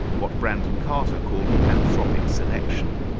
what brandon carter called and ahthropic selection.